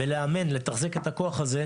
לאימון ולתחזוקה של הכוח הזה,